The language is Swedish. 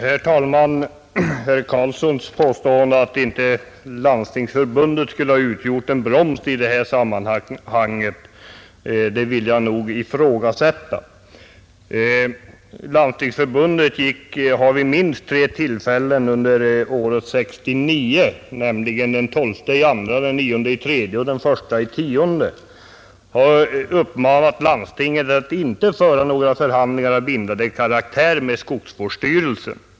Herr talman! Jag vill nog ifrågasätta riktigheten av herr Carlssons i Vikmanshyttan påstående att Landstingsförbundet inte skulle ha utgjort en broms i detta sammanhang. Landstingsförbundet har vid minst tre tillfällen under år 1969, nämligen den 12 februari, den 9 mars och den 1 oktober, uppmanat landstingen att inte föra några förhandlingar av bindande karaktär med skogsvårdsstyrelserna.